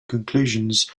conclusions